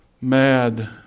mad